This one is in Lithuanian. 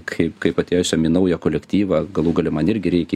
kaip kaip atėjusiam į naują kolektyvą galų gale man irgi reikia